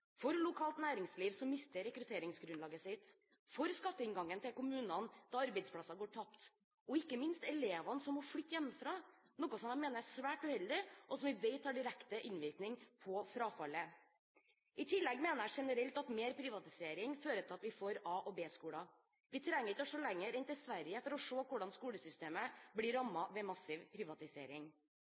for lokalt næringsliv, som mister rekrutteringsgrunnlaget sitt, for skatteinngangen til kommunene når arbeidsplasser går tapt, og ikke minst for elevene som må flytte hjemmefra, noe jeg mener er svært uheldig, og som vi vet har direkte innvirkning på frafallet. I tillegg mener jeg generelt at mer privatisering fører til at vi får A-skoler og B-skoler. Vi trenger ikke å se lenger enn til Sverige for å se hvordan skolesystemet blir rammet ved massiv privatisering.